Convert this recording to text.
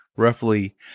roughly